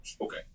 Okay